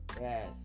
Yes